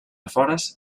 afores